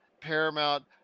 paramount